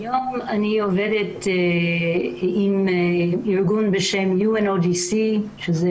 היום אני עובדת עם ארגון בשם UNODC שזה